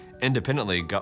independently